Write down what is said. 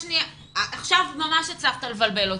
עכשיו ממש הצלחת לבלבל אותי.